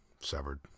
severed